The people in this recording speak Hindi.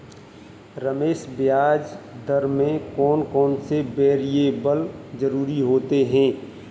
रमेश ब्याज दर में कौन कौन से वेरिएबल जरूरी होते हैं?